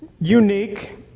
unique